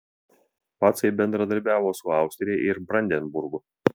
pacai bendradarbiavo su austrija ir brandenburgu